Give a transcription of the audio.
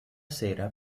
sera